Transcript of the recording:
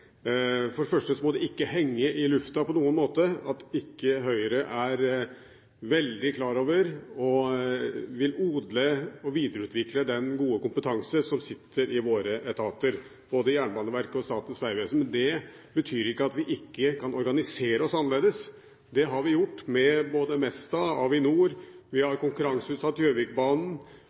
For det første må det ikke henge i luften på noen måte at Høyre ikke er veldig klar over og vil odle og videreutvikle den gode kompetansen som sitter i våre etater – både i Jernbaneverket og Statens vegvesen. Men det betyr ikke at vi ikke kan organisere oss annerledes. Det har vi gjort med både Mesta og Avinor. Vi har konkurranseutsatt Gjøvikbanen,